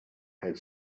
had